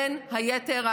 בין היתר,